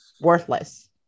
worthless